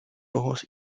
ojos